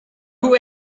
who